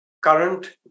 current